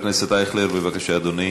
חבר הכנסת אייכלר, בבקשה, אדוני.